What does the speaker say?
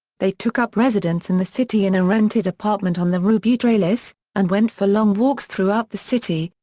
they took up residence in the city in a rented apartment on the rue beautreillis, and went for long walks throughout the city,